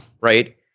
Right